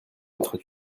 mettras